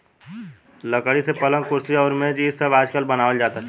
लकड़ी से पलंग, कुर्सी अउरी मेज़ इ सब आजकल बनावल जाता